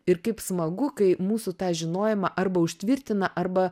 ir kaip smagu kai mūsų tą žinojimą arba užtvirtina arba